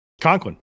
Conklin